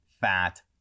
fat